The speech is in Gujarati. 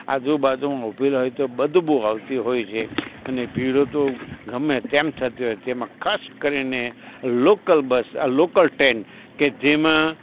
આજુ બાજુ ઉભેલા હોય તો બદબૂ આવતી હોય છે અને ભીડો તો ગમે તેમ થતી હોય તેમાં ગમે તેમ ખાસ કરીને લોકલ બસ આ લોકલ ટ્રેન કે જેમાં